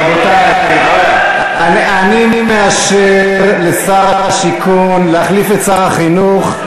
רבותי, אני מאשר לשר השיכון להחליף את שר החינוך.